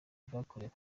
bwakorewe